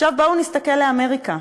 עכשיו בואו נסתכל אל אמריקה,